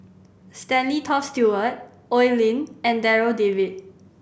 Stanley Toft Stewart Oi Lin and Darryl David